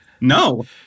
no